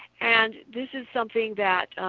and this is something that